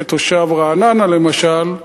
כתושב רעננה למשל,